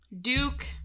Duke